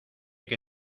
que